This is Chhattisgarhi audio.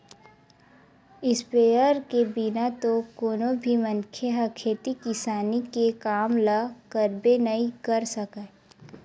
इस्पेयर के बिना तो कोनो भी मनखे ह खेती किसानी के काम ल करबे नइ कर सकय